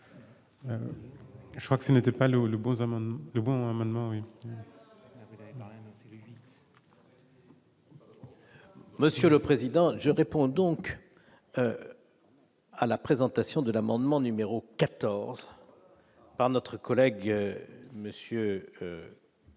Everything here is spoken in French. Je crois que ce n'était pas le le de Bourg-Saint-Maurice. Monsieur le président je réponds donc à la présentation de l'amendement numéro 14 par notre. Collègue